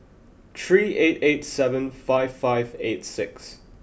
three eight eight seven five five eight six